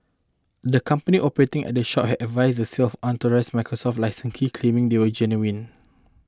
the company operating at the shop had advertised the sale of unauthorised Microsoft licence key claiming they were genuine